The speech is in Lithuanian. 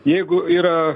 jeigu yra